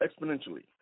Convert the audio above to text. exponentially